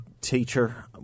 teacher